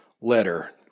letter